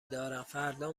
دارم، فردا